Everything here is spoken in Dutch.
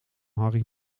harry